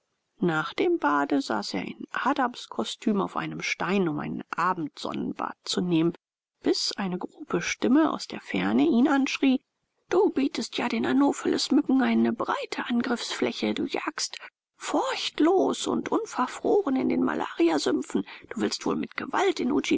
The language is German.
nach dem bade saß er in adamskostüm auf einem stein um ein abendsonnenbad zu nehmen bis eine grobe stimme aus der ferne ihn anschrie du bietest ja den anophelesmücken eine breite angriffsfläche du jagst forchtlos und unverfroren in den malariasümpfen du willst wohl mit gewalt in